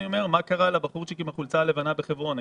אני רוצה לדעת מה קרה לבחורצי'ק עם החולצה הלבנה בחברון.